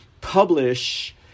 publish